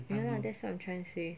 ya lah that's what I'm trying to say